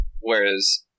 Whereas